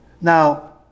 Now